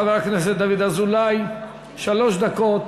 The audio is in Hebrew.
חבר הכנסת דוד אזולאי, שלוש דקות